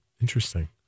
Interesting